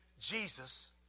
Jesus